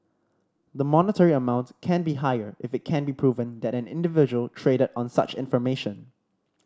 the monetary amount can be higher if it can be proven that an individual traded on such information